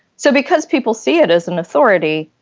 so because people see it as an authority,